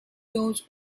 knows